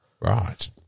Right